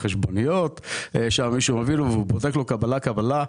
והחשבוניות שמישהו מביא לו והוא בודק לו קבלה קבלה.